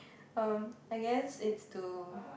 um I guess it's to